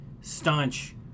staunch